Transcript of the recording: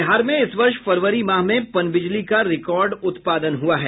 बिहार में इस वर्ष फरवरी माह में पनबिजली का रिकॉर्ड उत्पादन हुआ है